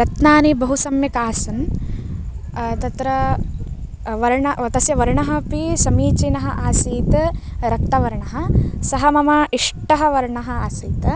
रत्नानि बहु सम्यक् आसन् तत्र वर्ण तस्य वर्णः अपि समीचीनः आसीत् रक्तवर्णः सः मम इष्टः वर्णः आसीत्